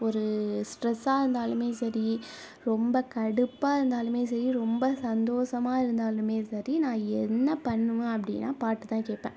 ஒரு ஸ்ட்ரெஸ்ஸாக இருந்தாலுமே சரி ரொம்ப கடுப்பாக இருந்தாலும் சரி ரொம்ப சந்தோஷமா இருந்தாலும் சரி நான் என்ன பண்ணுவேன் அப்படின்னா பாட்டு தான் கேட்பேன்